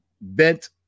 bent